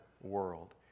world